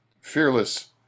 fearless